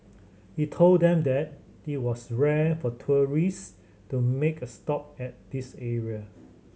he told them that it was rare for tourists to make a stop at this area